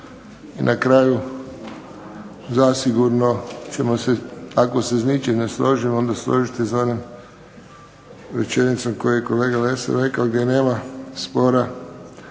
I na kraju zasigurno ćemo se ako se s ničim ne složimo onda složiti s onom rečenicom koju je kolega Lesar rekao gdje nema spora,